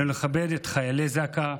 אני מכבד את חיילי זק"א,